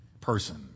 person